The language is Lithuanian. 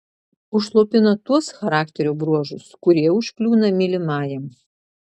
užslopina tuos charakterio bruožus kurie užkliūna mylimajam